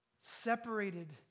separated